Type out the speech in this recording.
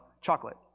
chocolate